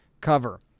cover